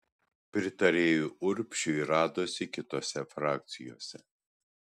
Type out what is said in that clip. pritarėjų urbšiui radosi kitose frakcijose